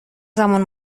زمان